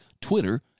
Twitter